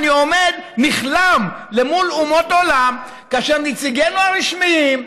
אני עומד נכלם למול אומות עולם כאשר נציגינו הרשמיים,